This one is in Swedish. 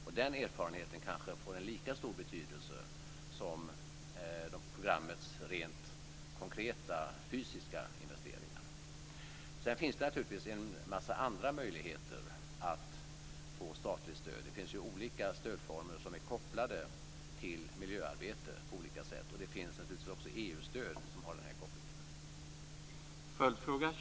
Och den erfarenheten kanske får en lika stor betydelse som programmets rent konkreta fysiska investeringar. Sedan finns det naturligtvis en massa andra möjligheter att få statligt stöd. Det finns ju olika stödformer som är kopplade till miljöarbete på olika sätt, och det finns naturligtvis också EU-stöd som har den här kopplingen.